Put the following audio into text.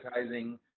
advertising